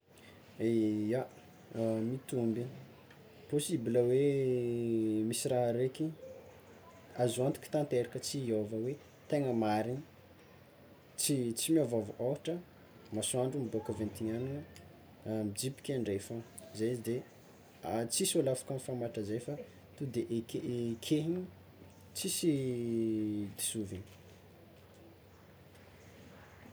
Ia, mitombina, possible hoe misy raha araiky azo antoko tanteraka tsy hiova tegna marigna tsy tsy miovaova, ôhatra masoandro miboaka avy antignanana mijibika andrefana zay de ah tsisy ologno afaka mifamatra zay, fa ton'de eke ekegny tsisy disoviny.